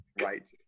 Right